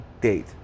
date